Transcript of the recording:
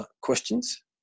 questions